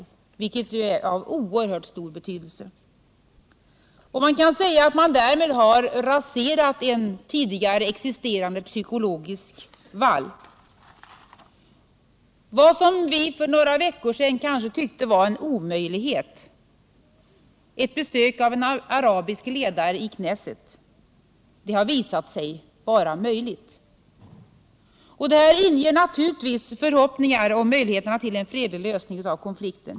Detta är av oerhört stor betydelse. Man kan säga att därmed har en tidigare existerande psykologisk vall raserats. Vad vi för några veckor sedan kanske tyckte vara en omöjlighet —- ett besök av en arabisk ledare i Knesset — har visat sig vara möjligt. Det inger naturligtvis förhoppning om möjligheter till en fredlig lösning av konflikten.